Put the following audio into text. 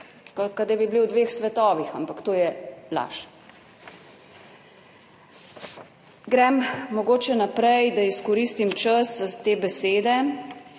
Kot da bi bili v dveh svetovih, ampak to je laž. Grem mogoče naprej, da izkoristim čas te besede,